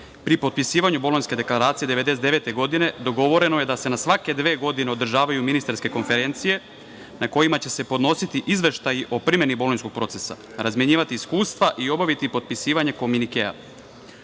pri potpisivanju Bolonjske deklaracije 1999. godine dogovoreno je da se na svake dve godine održavaju ministarske konferencije na kojima će se podnositi izveštaji o primeni Bolonjskog procesa, razmenjivati iskustva i obaviti potpisivanje kominikea,